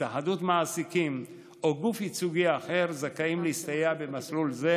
התאחדות מעסיקים או גוף ייצוגי אחר זכאים להסתייע במסלול זה,